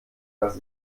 dass